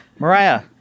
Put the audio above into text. Mariah